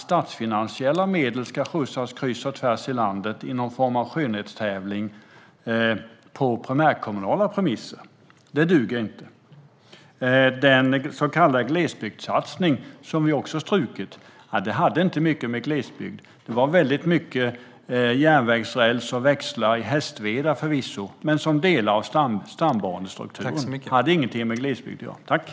Statsfinansiella medel ska inte skickas kors och tvärs i landet i någon form av skönhetstävling på primärkommunala premisser. Det duger inte! Den så kallade glesbygdssatsningen, som vi också strukit, hade inte med mycket med glesbygd att göra. Den handlade förvisso väldigt mycket om järnvägsräls och växlar i Hästveda, men som del av stambanestrukturen hade den ingenting med glesbygd att göra.